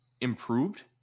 improved